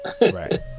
right